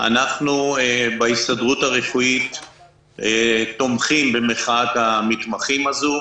אנחנו בהסתדרות הרפואית תומכים במחאת המתמחים הזו.